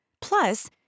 Plus